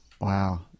wow